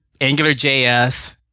AngularJS